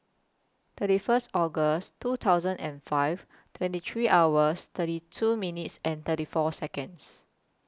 thirty First August two thousand and five twenty three hours thirty two minutes and thirty four Seconds